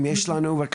אין לנו זמן